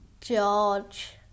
George